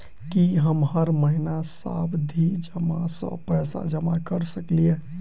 की हम हर महीना सावधि जमा सँ पैसा जमा करऽ सकलिये?